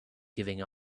giving